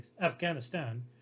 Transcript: Afghanistan